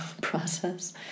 process